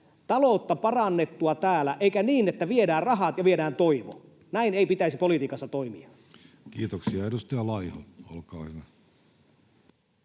taloutta parannettua, eikä niin, että viedään rahat ja viedään toivo. Näin ei pitäisi politiikassa toimia. Kiitoksia. — Edustaja Laiho, olkaa hyvä.